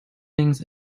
things